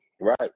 right